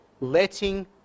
letting